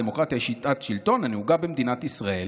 דמוקרטיה היא שיטת שלטון הנהוגה במדינת ישראל,